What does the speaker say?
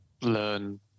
learn